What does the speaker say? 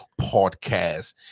podcast